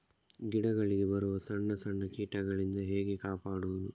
ಗಿಡಗಳಿಗೆ ಬರುವ ಸಣ್ಣ ಸಣ್ಣ ಕೀಟಗಳಿಂದ ಹೇಗೆ ಕಾಪಾಡುವುದು?